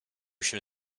się